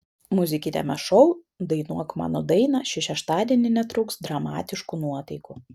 muzikiniame šou dainuok mano dainą šį šeštadienį netrūks dramatiškų nuotaikų